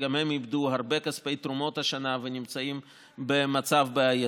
שגם הם איבדו הרבה כספי תרומות השנה ונמצאים במצב בעייתי.